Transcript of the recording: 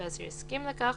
והאסיר הסכים לכך